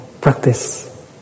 practice